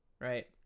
right